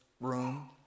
room